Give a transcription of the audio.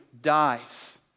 dies